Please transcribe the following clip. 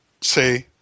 say